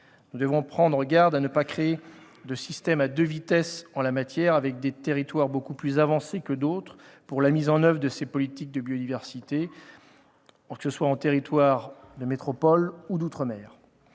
Nous devrons prendre garde à ne pas créer de système à deux vitesses en la matière, avec des territoires beaucoup plus avancés que d'autres pour la mise en oeuvre de cette politique de protection de la biodiversité sur nos territoires de métropole et d'outre-mer.